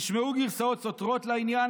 נשמעו גרסאות סותרות בעניין.